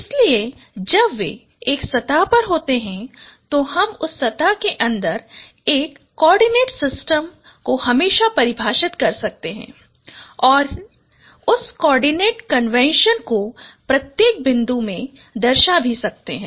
इसलिए जब वे एक सतह पर होते हैं तो हम उस सतह के अन्दर एक कोआर्डिनेट सिस्टम को हमेशा परिभाषित कर सकते हैं और उस कोआर्डिनेट कंवेंसन को प्रत्येक बिंदु में दर्शा भी सकते हैं